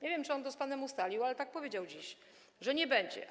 Nie wiem, czy on to z panem ustalił, ale tak powiedział dziś, że nie będzie.